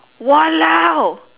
!walao!